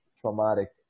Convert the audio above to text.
traumatic